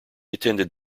attended